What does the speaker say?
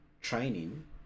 training